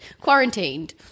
quarantined